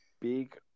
big